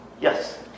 Yes